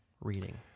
reading